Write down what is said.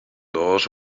laws